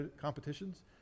competitions